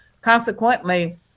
Consequently